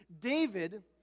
David